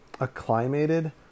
acclimated